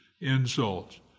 insults